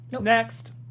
Next